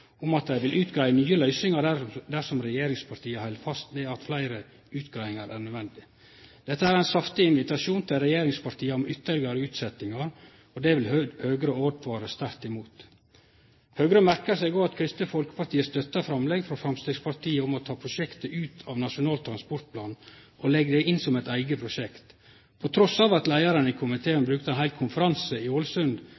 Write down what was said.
om at dei vil utgreie nye løysingar dersom regjeringspartia held fast ved at det er nødvendig med fleire utgreiingar. Dette er ein saftig invitasjon til regjeringspartia om ytterlegare utsetjingar, og det vil Høgre åtvare sterkt mot. Høgre merkar seg òg at Kristeleg Folkeparti stør framlegget frå Framstegspartiet om å ta prosjektet ut av Nasjonal transportplan og leggje det inn som eit eige prosjekt, trass i at leiaren i